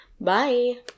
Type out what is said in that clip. Bye